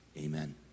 amen